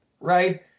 Right